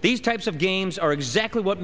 these types of games are exactly what